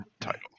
title